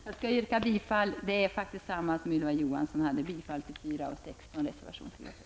Jag yrkar -- precis som Ylva Johansson -- bifall till reservationerna 4 och 16.